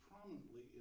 prominently